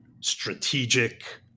strategic